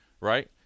right